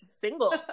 single